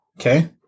Okay